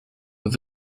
with